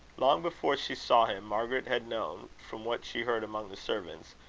long before she saw him, margaret had known, from what she heard among the servants,